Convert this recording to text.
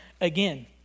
again